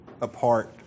apart